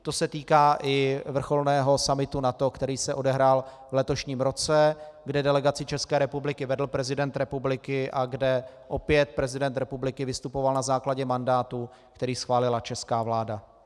To se týká i vrcholného summitu NATO, který se odehrál v letošním roce, kde delegaci České republiky vedl prezident republiky a kde opět prezident republiky vystupoval na základě mandátu, který schválila česká vláda.